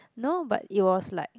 no but it was like